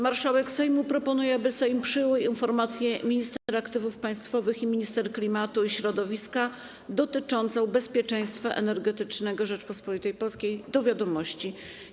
Marszałek Sejmu proponuje, aby Sejm przyjął informację ministra aktywów państwowych i minister klimatu i środowiska dotyczącą bezpieczeństwa energetycznego Rzeczypospolitej Polskiej do wiadomości.